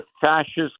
fascist